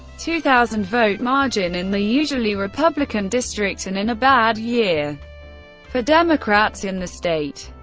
two-thousand vote margin in the usually republican district and in a bad year for democrats in the state.